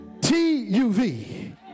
T-U-V